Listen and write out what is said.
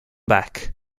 back